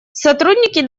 сотрудники